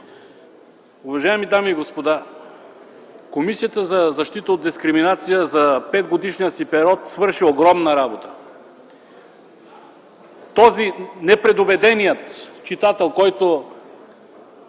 Уважаеми дами и господа, Комисията за защита от дискриминация за 5-годишният си период свърши огромна работа. Този, непредубеденият читател, който